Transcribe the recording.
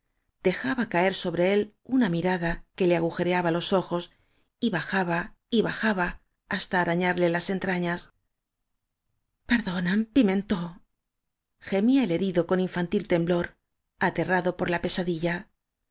dejaba caer sobre él una mirada que le agujereaba los ojos y bajaba y bajaba hasta arañarle las entrañas pcrdónam pimentó gemía el herido con infantil temblor aterrado por la pesadilla